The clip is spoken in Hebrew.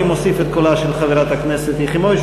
אני מוסיף את קולה של חברת הכנסת יחימוביץ,